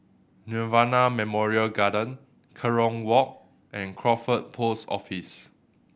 Nirvana Memorial Garden Kerong Walk and Crawford Post Office